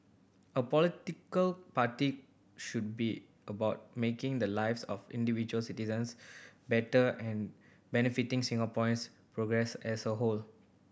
a political party should be about making the lives of individual citizens better and benefiting Singaporeans progress as a whole